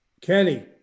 Kenny